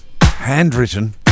handwritten